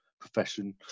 profession